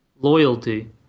Loyalty